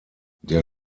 der